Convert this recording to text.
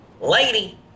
lady